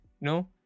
No